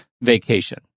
vacation